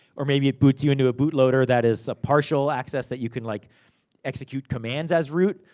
or maybe it boots you into a boot loader, that is a partial access that you can like execute commands as root.